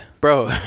bro